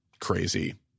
crazy